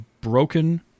broken